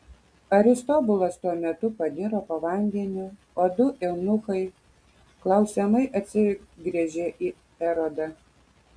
aristobulas tuo metu paniro po vandeniu o du eunuchai klausiamai atsigręžė į erodą